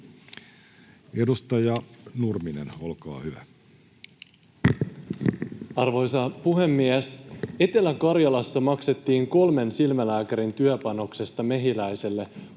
sd) Time: 16:01 Content: Arvoisa puhemies! Etelä-Karjalassa maksettiin kolmen silmälääkärin työpanoksesta Mehiläiselle 315